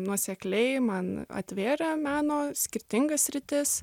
nuosekliai man atvėrė meno skirtingas sritis